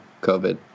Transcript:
COVID